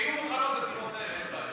כשהן יהיו מוכנות הדירות האלה, אין בעיה.